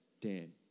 Dan